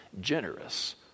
generous